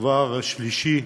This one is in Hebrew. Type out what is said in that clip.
דבר שלישי,